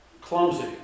clumsy